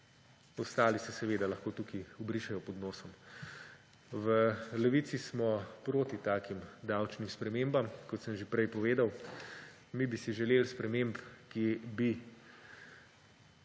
ostali se seveda lahko tukaj obrišejo pod nosom. V Levici smo proti takim davčnim spremembam, kot sem že prej povedal. Mi bi si želeli sprememb, ki bi